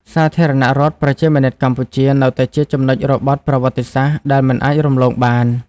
សាធារណរដ្ឋប្រជាមានិតកម្ពុជា នៅតែជាចំណុចរបត់ប្រវត្តិសាស្ត្រដែលមិនអាចរំលងបាន។